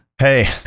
Hey